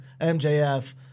MJF